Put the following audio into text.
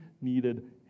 needed